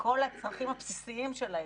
לכל הצרכים הבסיסיים של האזרחים: